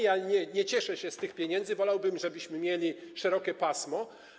Ja nie cieszę się z tych pieniędzy, wolałbym, żebyśmy mieli szerokie pasmo.